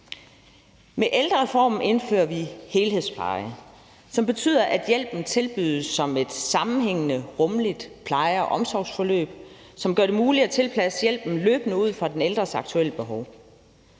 Med ældrereformen indfører vi helhedspleje, som betyder, at hjælpen tilbydes som et sammenhængende og rummeligt pleje- og omsorgsforløb, som gør det muligt at tilpasse hjælpen løbende ud fra den ældres aktuelle behov.